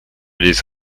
les